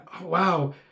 wow